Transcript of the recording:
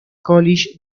college